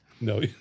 No